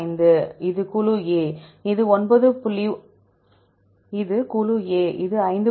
05 இது குழு A இது 5